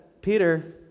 Peter